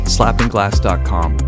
SlappingGlass.com